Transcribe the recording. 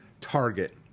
target